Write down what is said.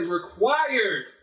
required